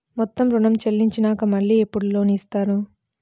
మొత్తం ఋణం చెల్లించినాక మళ్ళీ ఎప్పుడు లోన్ ఇస్తారు?